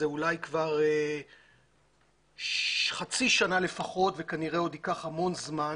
זה אולי חצי שנה לפחות וכנראה עוד ייקח המון זמן,